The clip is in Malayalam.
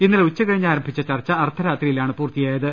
ഇന്നലെ ഉച്ചകഴിഞ്ഞ് ആരം ഭിച്ച ചർച്ച അർധരാത്രിയിലാണ് പൂർത്തിയായത്